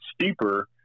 steeper